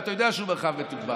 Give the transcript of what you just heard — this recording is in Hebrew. ואתה יודע שהוא מרחב מתוגבר.